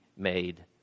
Made